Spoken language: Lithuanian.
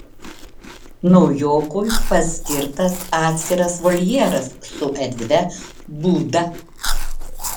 naujokui paskirtas atskiras voljeras su erdvia būda